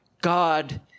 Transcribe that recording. God